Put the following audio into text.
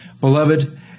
Beloved